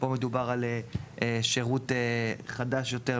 פה מדובר על שירות חדש יותר,